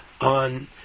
on